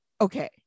okay